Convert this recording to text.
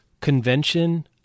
convention